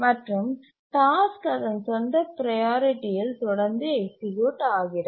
மற்றும் டாஸ்க் அதன் சொந்த ப்ரையாரிட்டி யில் தொடர்ந்து எக்சீக்யூட் ஆகிறது